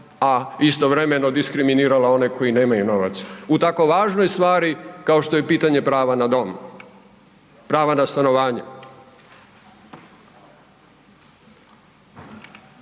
a istovremeno diskriminirala one koji nemaju novac u tako važnoj stvari kao što je pitanje prava na dom, prava na stanovanje.